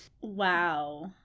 Wow